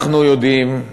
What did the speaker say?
אנחנו יודעים,